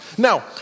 Now